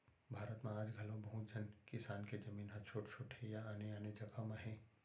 भारत म आज घलौ बहुत झन किसान के जमीन ह छोट छोट हे या आने आने जघा म हे